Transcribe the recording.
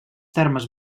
termes